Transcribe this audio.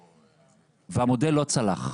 והמודל לא צלח.